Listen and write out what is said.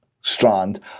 strand